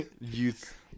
youth